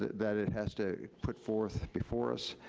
that it has to put forth before us,